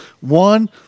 one